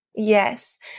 Yes